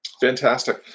Fantastic